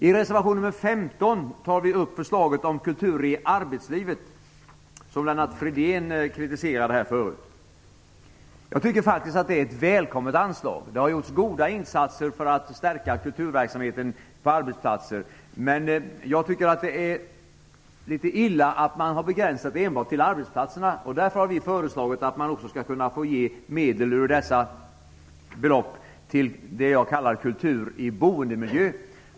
I reservation nr 15 tar vi upp förslaget om kultur i arbetslivet, som Lennart Fridén förut kritiserade. Jag tycker faktiskt att det är ett välkommet anslag. Det har gjorts goda insatser för att stärka kulturverksamheten på arbetsplatser. Men det är litet illa att man har begränsat det enbart till arbetsplatserna. Därför har vi föreslagit att man också skall kunna få ge medel ur dessa belopp till det som jag kallar kultur i boendemiljön.